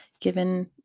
given